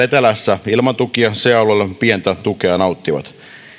etelässä ilman tukia c alueella ne pientä tukea nauttivat